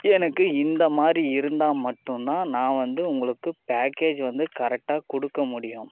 எனக்கு இந்தமாதிரி இருந்தா மட்டுந்தான் நான் வந்து உங்களுக்கு பேக்கேஜ் வந்து கரெக்ட்டாக கொடுக்கமுடியும்